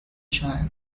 child